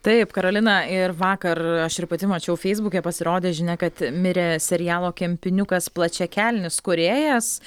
taip karolina ir vakar aš ir pati mačiau feisbuke pasirodė žinia kad mirė serialo kempiniukas plačiakelnis kūrėjas